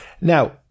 now